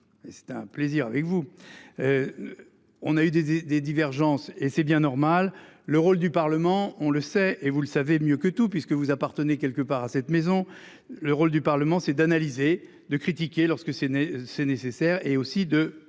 c'était un plaisir avec vous. On a eu des des des divergences et c'est bien normal. Le rôle du Parlement, on le sait et vous le savez mieux que tout puisque vous appartenez quelque part à cette maison. Le rôle du Parlement c'est d'analyser de critiquer lorsque c'est c'est nécessaire et aussi de